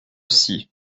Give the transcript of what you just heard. psy